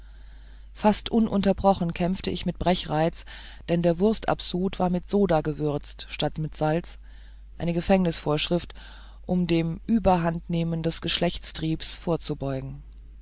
fast ununterbrochen kämpfte ich mit brechreiz denn der wurstabsud war mit soda gewürzt statt mit salz eine gefängnisvorschrift um dem überhandnehmen des geschlechtstriebs vorzubeugen